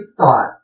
thought